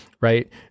right